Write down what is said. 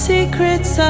Secrets